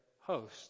host